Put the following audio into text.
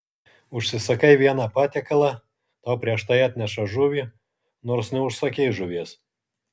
užsisakai vieną patiekalą tau prieš tai atneša žuvį nors neužsakei žuvies